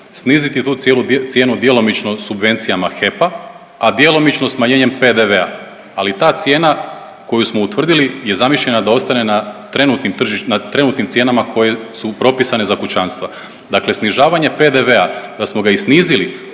sniziti tu cijenu djelomično subvencijama HEP-a, a djelomično smanjenjem PDV-a, ali ta cijena koju smo utvrdili je zamišljena da ostane na trenutnim cijenama koje su propisane za kućanstva. Dakle snižavanje PDV-a, da smo ga i snizili,